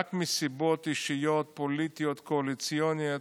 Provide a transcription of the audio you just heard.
רק מסיבות אישיות, פוליטיות קואליציוניות,